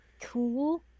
Cool